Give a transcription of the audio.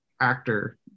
actor